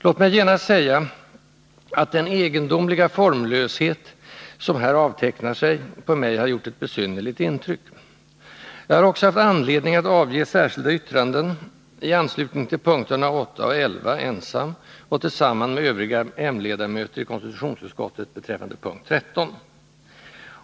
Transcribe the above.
Låt mig genast säga att den egendomliga formlöshet, som här avtecknar sig, på mig har gjort ett besynnerligt intryck. Jag har också haft. Granskningsarbeanledning att avge särskilda yttranden, i anslutning till punkterna 8 och 11 = tets omfattning ensam och tillsamman med övriga m-ledamöter i konstitutionsutskottet — och inriktning, beträffande punkt 13.